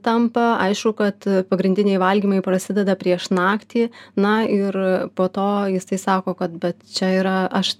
tampa aišku kad pagrindiniai valgymai prasideda prieš naktį na ir po to jisai sako kad bet čia yra aš